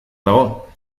dago